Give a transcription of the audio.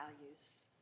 values